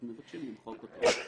אנחנו מבקשים למחוק אותו.